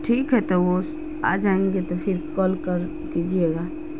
ٹھیک ہے تو وہ آ جائیں گے تو پھر کال کر کیجیے گا